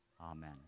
Amen